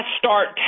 start